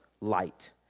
light